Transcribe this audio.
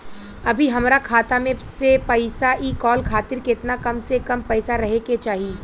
अभीहमरा खाता मे से पैसा इ कॉल खातिर केतना कम से कम पैसा रहे के चाही?